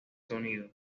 sonido